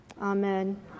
Amen